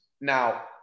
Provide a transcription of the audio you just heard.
now